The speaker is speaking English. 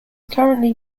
currently